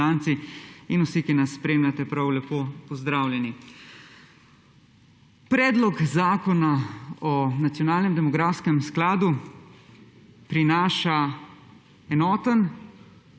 in vsi, ki nas spremljate prav lepo pozdravljeni! Predlog zakona o nacionalnem demografskem skladu prinaša enoten,